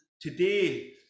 today